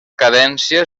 cadència